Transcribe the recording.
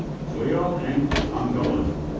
soyol enkh-amgalan.